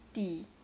tea